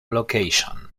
location